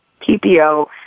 PPO